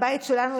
הבית שלנו,